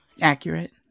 Accurate